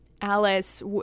Alice